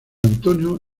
antonio